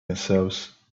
themselves